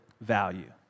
value